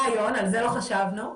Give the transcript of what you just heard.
על זה לא חשבנו,